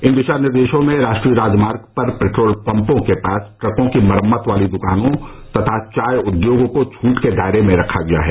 इन दिशा निर्देशों में राष्ट्रीय राजमार्ग पर पेट्रोल पपों के पास ट्रकों की मरम्मत वाली द्कानों तथा चाय उद्योग को छूट के दायरे में रखा गया है